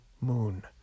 moon